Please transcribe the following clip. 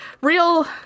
real